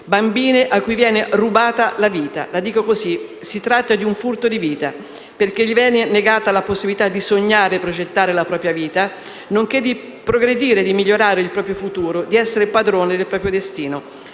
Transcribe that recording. bambine a cui viene rubata la vita. Si tratta di un furto di vita, perché viene negata loro la possibilità di sognare e progettare la propria vita, nonché di progredire, di migliorare il proprio futuro e di essere padrone del proprio destino.